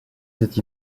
cette